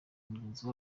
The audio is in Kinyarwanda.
mugenzi